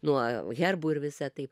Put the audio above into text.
nuo herbų ir visa taip